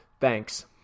Thanks